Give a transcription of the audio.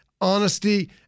honesty